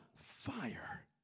fire